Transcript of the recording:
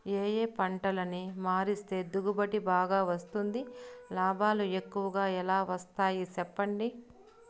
ఏ ఏ పంటలని మారిస్తే దిగుబడి బాగా వస్తుంది, లాభాలు ఎక్కువగా ఎలా వస్తాయి సెప్పండి